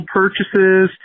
purchases